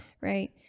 right